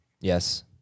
Yes